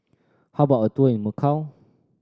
how about a tour in Macau